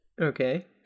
Okay